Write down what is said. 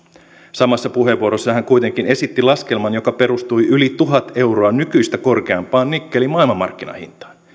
samassa puheenvuorossa hän kuitenkin esitti laskelman joka perustui yli tuhat euroa nykyistä korkeampaan nikkelin maailmanmarkkinahintaan